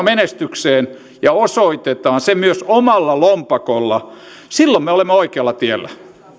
menestykseen ja osoitetaan se myös omalla lompakolla silloin me olemme oikealla tiellä